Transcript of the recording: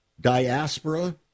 diaspora